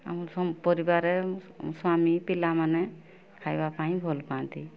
ଆମ ସମ ପରିବାରେ ସ୍ୱାମୀ ପିଲାମାନେ ଖାଇବା ପାଇଁ ଭଲ ପାଆନ୍ତି